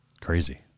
Crazy